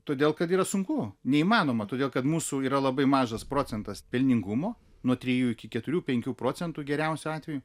todėl kad yra sunku neįmanoma todėl kad mūsų yra labai mažas procentas pelningumo nuo trijų iki keturių penkių procentų geriausiu atveju